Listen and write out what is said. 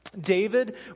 David